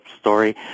story